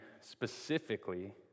specifically